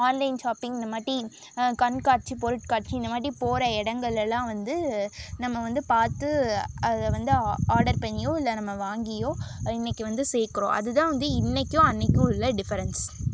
online shoppings இந்த மாட்டி கண்காட்சி பொருட்காட்சி இந்த மாட்டி போகிற இடங்கள் எல்லாம் வந்து நம்ம வந்து பார்த்து அதை வந்து ஆ ஆர்டர் பண்ணியோ இல்லை நம்ம வாங்கியோ இன்றைக்கு வந்து சேர்குறோம் அது தான் வந்து இன்றைக்கும் அன்றைக்கும் உள்ள டிஃபரென்ஸ்